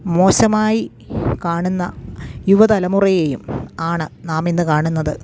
മോശമായി കാണുന്ന യുവതലമുറയെയും ആണ് നാമിന്ന് കാണുന്നത്